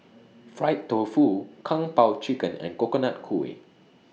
Fried Tofu Kung Po Chicken and Coconut Kuih